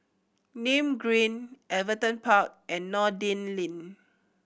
Nim Green Everton Park and Noordin Lane